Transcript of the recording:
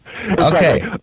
Okay